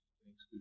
thanks